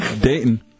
Dayton